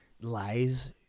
lies